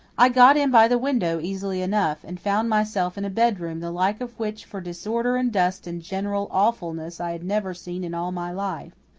i got in by the window easily enough, and found myself in a bedroom the like of which for disorder and dust and general awfulness i had never seen in all my life.